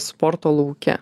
sporto lauke